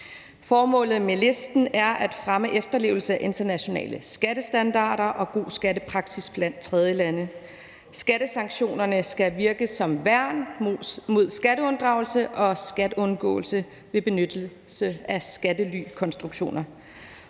Formålet med listen er at fremme efterlevelse af internationale skattestandarder og god skattepraksis blandt tredjelande. Skattesanktionerne skal virke som værn mod skatteunddragelse og skatteundgåelse ved benyttelse af skattelykonstruktioner.